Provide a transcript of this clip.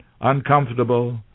uncomfortable